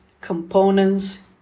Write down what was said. components